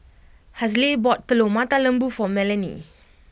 Hazle bought Telur Mata Lembu for Melany